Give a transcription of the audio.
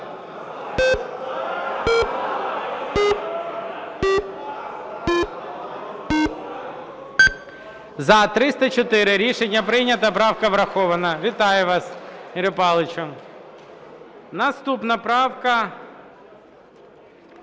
За-304 Рішення прийнято. Правка врахована. Вітаю вас, Ігор Павлович. Наступна правка,